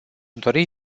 dori